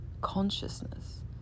consciousness